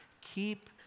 Keep